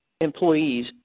employees